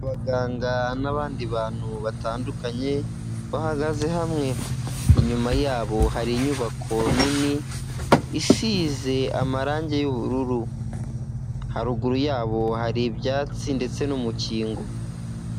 Abaganga n'abandi bantu batandukanye bahagaze hamwe, inyuma yabo hari inyubako nini isize amarangi y'ubururu haruguru yabo hari ibyatsi ndetse n'umukingo.